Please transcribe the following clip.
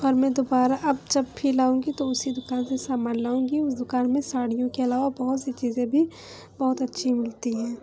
اور میں دوبارہ اب جب بھی لاؤں گی تو اسی دکان سے سامان لاؤں گی اس دکان میں ساڑیوں کے علاوہ بہت سی چیزیں بھی بہت اچھی ملتی ہیں